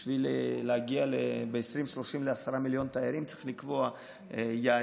בשביל להגיע ב-2030 לעשרה מיליון תיירים צריך לקבוע יעדים,